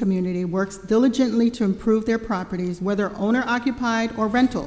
community works diligently to improve their properties whether owner occupied or rental